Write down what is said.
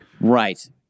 Right